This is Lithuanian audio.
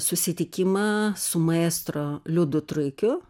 susitikimą su maestro liudu truikiu